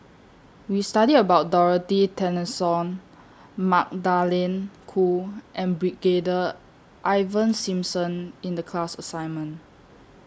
We studied about Dorothy Tessensohn Magdalene Khoo and Brigadier Ivan Simson in The class assignment